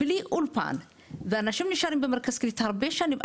בלי אולפן, ואנשים נשארים במרכז קליטה הרבה שנים.